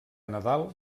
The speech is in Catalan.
nadal